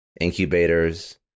incubators